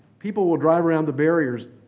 people will drive around the barriers.